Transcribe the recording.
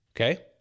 Okay